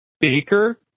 Baker